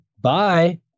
bye